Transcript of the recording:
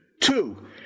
Two